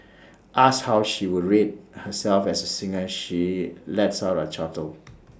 asked how she would rate herself as A singer she lets out A chortle